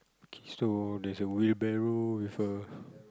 okay so there's a wheel barrel with a